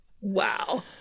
Wow